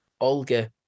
olga